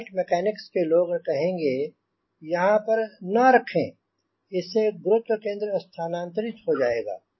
और flight mechanics के लोग कहेंगे यहांँ पर ना रखें इससे गुरुत्व केंद्र स्थानांतरित हो जाएगा